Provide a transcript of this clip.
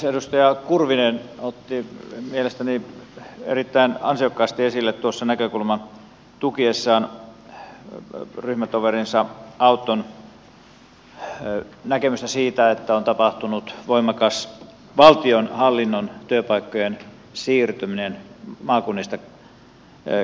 edustaja kurvinen otti tuossa mielestäni erittäin ansiokkaasti esille näkökulman tukiessaan ryhmätoverinsa auton näkemystä siitä että on tapahtunut voimakas valtionhallinnon työpaikkojen siirtyminen maakunnista pääkaupunkiseudulle